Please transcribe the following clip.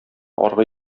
аргы